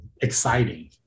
exciting